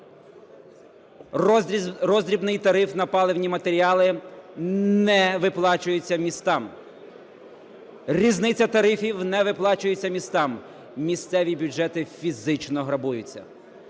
Роздрібний тариф на паливні матеріали не виплачується містам. Різниця тарифів не виплачується містам, місцеві бюджети фізично грабуються.